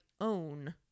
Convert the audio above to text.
own